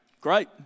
Great